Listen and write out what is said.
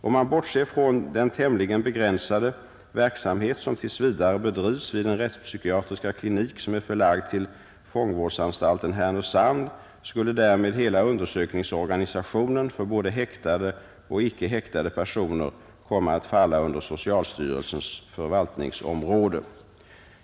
Om man bortser från den tämligen begränsade verksamhet som tills vidare bedrivs vid den rättspsykiatriska klinik som är förlagd till fångvårdsanstalten i Härnösand, skulle därmed hela undersökningsorganisationen för både häktade och icke häktade personer komma att falla under socialstyrelsens förvaltningsområde.